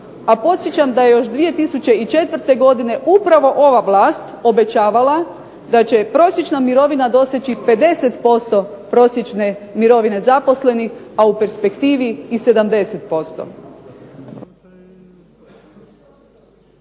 A podsjećam da je još 2004. godine upravo ova vlast obećavala da će prosječna mirovina doseći 50% prosječne mirovine zaposlenih, a u perspektivi i 70%.